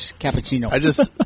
cappuccino